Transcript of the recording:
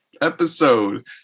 episode